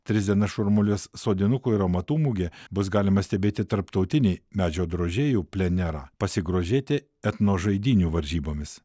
tris dienas šurmuliuos sodinukų ir amatų mugė bus galima stebėti tarptautinį medžio drožėjų plenerą pasigrožėti etnožaidynių varžybomis